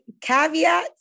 Caveat